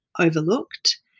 overlooked